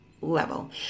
level